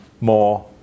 more